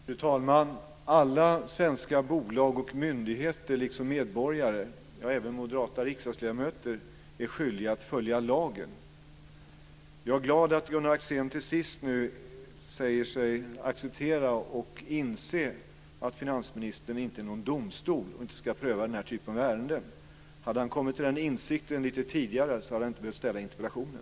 Fru talman! Alla svenska bolag och myndigheter, liksom medborgare och även moderata riksdagsledamöter, är skyldiga att följa lagen. Jag är glad att Gunnar Axén till sist nu säger sig acceptera och inse att finansministern inte är någon domstol och inte ska pröva den här typen av ärenden. Hade han kommit till den insikten lite tidigare hade han inte behövt ställa interpellationen.